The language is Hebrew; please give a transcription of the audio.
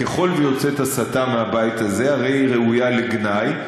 ככל שיוצאת הסתה מהבית הזה, הרי היא ראויה לגנאי.